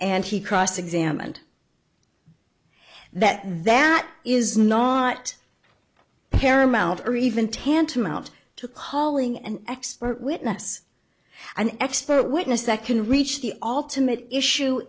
and he cross examined that that is not paramount or even tantamount to calling an expert witness an expert witness that can reach the alternate issue